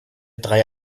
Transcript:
drei